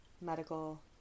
medical